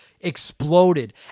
exploded